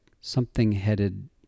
something-headed